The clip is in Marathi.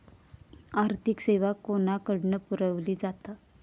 आर्थिक सेवा कोणाकडन पुरविली जाता?